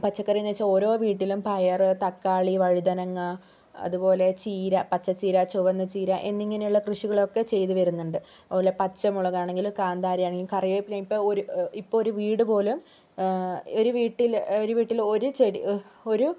പച്ചക്കറീന്ന് വെച്ചാൽ ഓരോ വീട്ടിലും പയർ തക്കാളി വഴുതനങ്ങ അതുപോലെ ചീര പച്ചച്ചീര ചുവന്നചീര എന്നിങ്ങനെയുള്ള കൃഷികളൊക്കെ ചെയ്തുവരുന്നുണ്ട് അതുപോലെ പച്ചമുളകാണെങ്കിലും കാന്താരിയാണെങ്കിലും കറിവേപ്പിലയൊക്കെ ഇപ്പോ ഒരു ഇപ്പൊ ഒരു വീട് പോലും ഒരു വീട്ടില് ഒരു വീട്ടില് ഒരു ചെടി ഒരു